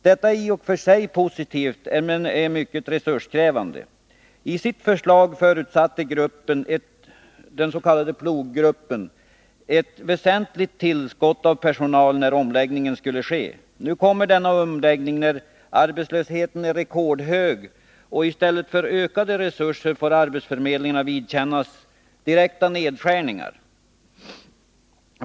Detta är i och för sig positivt men mycket resurskrävande. I sitt förslag förutsatte den grupp som arbetade med detta — den s.k. PLOG-gruppen — ett väsentligt tillskott av personal när omläggningen skulle ske. Nu kommer denna omläggning när arbetslösheten är redkordhög, och i stället för ökade resurser får arbetsförmedlingarna vidkännas direkta nedskärningar.